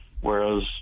whereas